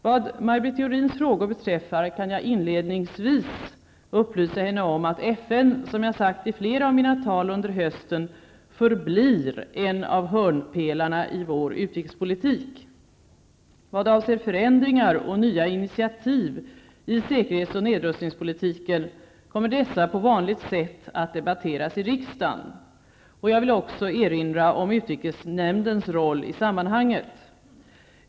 Vad Maj Britt Theorins frågor beträffar kan jag inledningsvis upplysa henne om att FN, som jag sagt i flera av mina tal under hösten, förblir en av hörnpelarna i vår utrikespolitik. Vad avser förändringar och nya initiativ i säkerhetsoch nedrustningspolitiken kommer dessa på vanligt sätt att debatteras i riksdagen. Jag vill också erinra om utrikesnämndens roll i sammanhanget.